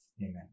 Amen